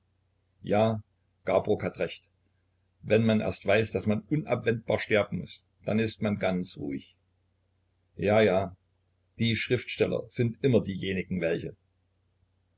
ja garborg hat recht wenn man erst weiß daß man unabwendbar sterben muß dann ist man ganz ruhig ja ja die schriftsteller sind immer diejenigen welche